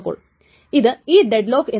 അപ്പോൾ ഇത് തെറ്റാണ്